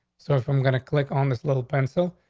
so if i'm gonna click on this little pencil,